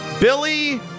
Billy